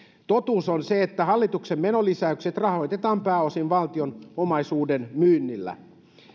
totuus on se että hallituksen menolisäykset rahoitetaan pääosin valtion omaisuuden myynnillä